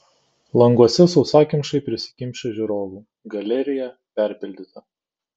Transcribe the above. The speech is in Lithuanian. languose sausakimšai prisikimšę žiūrovų galerija perpildyta